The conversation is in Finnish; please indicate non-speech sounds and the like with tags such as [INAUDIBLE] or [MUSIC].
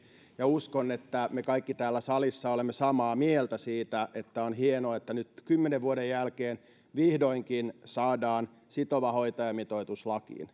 ja uskon että me kaikki täällä salissa olemme samaa mieltä siitä että on hienoa että nyt kymmenen vuoden jälkeen vihdoinkin saadaan sitova hoitajamitoitus lakiin [UNINTELLIGIBLE]